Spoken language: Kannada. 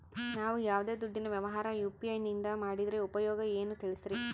ನಾವು ಯಾವ್ದೇ ದುಡ್ಡಿನ ವ್ಯವಹಾರ ಯು.ಪಿ.ಐ ನಿಂದ ಮಾಡಿದ್ರೆ ಉಪಯೋಗ ಏನು ತಿಳಿಸ್ರಿ?